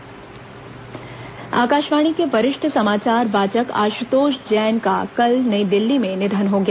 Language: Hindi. आशुतोष जैन निधन आकाशवाणी के वरिष्ठ समाचार वाचक आशुतोष जैन का कल नई दिल्ली में निधन हो गया